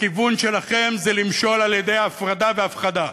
הכיוון שלכם הוא למשול על-ידי הפרדה והפחדה.